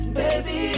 baby